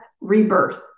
rebirth